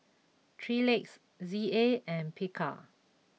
three Legs Z A and Picard